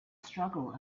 struggle